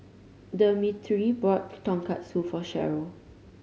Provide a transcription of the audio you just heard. Demetri bought Tonkatsu for Sherryl